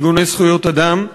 ארגוני זכויות אדם,